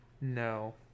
no